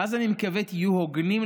ואז אני מקווה שתהיו הוגנים,